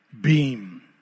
beam